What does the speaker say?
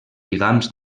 lligams